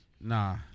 Nah